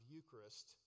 Eucharist